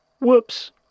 Whoops